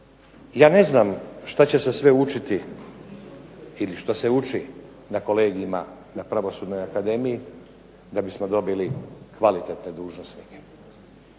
Ja ne znam što će se sve učiti ili što se uči na kolegijima na Pravosudnoj akademiji da bismo dobili kvalitetne dužnosnike.